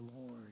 Lord